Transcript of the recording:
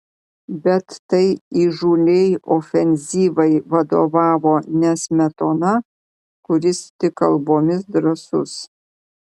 bet tai įžūliai ofenzyvai vadovavo ne smetona kuris tik kalbomis drąsus